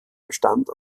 bestand